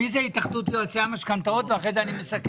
התאחדות יועצי המשכנתאות, ואחרי זה אני מסכם.